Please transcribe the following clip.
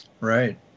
Right